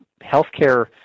healthcare